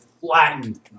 flattened